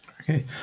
Okay